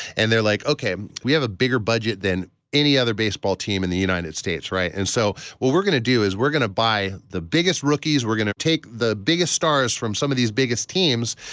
and they're like, ok, we have a bigger budget than any other baseball team in the united states. right? and so we're we're going to do is we're going to buy the biggest rookies. we're going to take the biggest stars from some of these biggest teams,